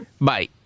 Bye